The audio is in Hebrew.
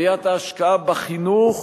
ראיית ההשקעה בחינוך